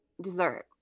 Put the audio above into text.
dessert